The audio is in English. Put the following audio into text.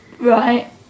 Right